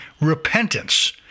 repentance